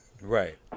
Right